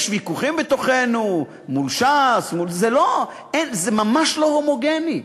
יש ויכוחים בתוכנו, מול ש"ס, זה ממש לא הומוגני,